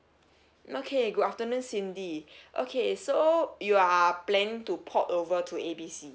okay good afternoon cindy okay so you are planning to port over to A B C